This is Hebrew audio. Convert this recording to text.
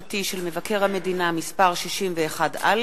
התשע"א,